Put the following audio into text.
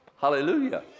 Hallelujah